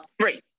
Three